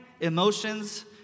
emotions